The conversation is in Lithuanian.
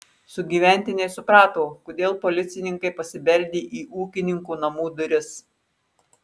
sugyventiniai suprato kodėl policininkai pasibeldė į ūkininko namų duris